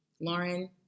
Lauren